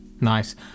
nice